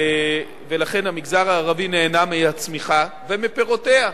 לכן, המגזר הערבי נהנה מהצמיחה ומפירותיה.